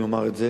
אני אומר את זה,